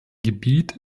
gebiet